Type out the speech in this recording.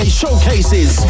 showcases